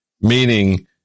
meaning